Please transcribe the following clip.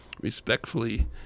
respectfully